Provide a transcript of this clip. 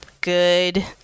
good